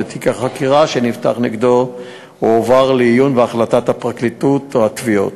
ותיק החקירה שנפתח נגדו הועבר לעיון והחלטה של הפרקליטות או התביעות.